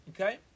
okay